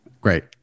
Great